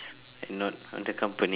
and not on the company